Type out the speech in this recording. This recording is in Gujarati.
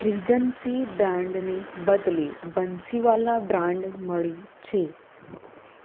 રીજન્સી બ્રાંડને બદલે બંસીવાલા બ્રાંડ મળી છે